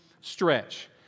stretch